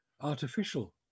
artificial